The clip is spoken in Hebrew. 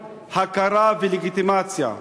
הכרה ולגיטימציה.